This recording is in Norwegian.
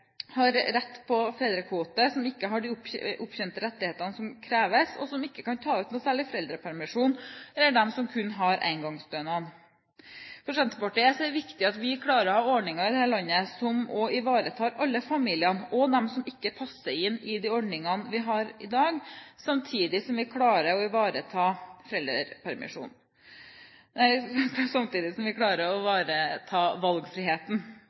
har rett til fedrekvote, som ikke har de opptjente rettighetene som kreves, og som ikke kan ta ut noe særlig foreldrepermisjon, eller på dem som kun har engangsstønad. For Senterpartiet er det viktig at vi klarer å ha ordninger i dette landet som ivaretar alle familier, også dem som ikke passer inn i de ordningene vi har i dag, samtidig som vi klarer å ivareta valgfriheten. I dag har vi jo sagt at man ønsker å